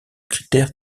critères